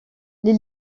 les